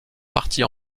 partie